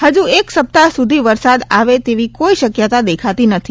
હજુ એક સપ્તાહ સુધી વરસાદ આવે તેવી કોઇ શક્યતા દેખાતી નથી